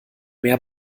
mehr